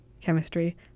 chemistry